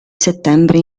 settembre